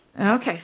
Okay